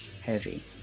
heavy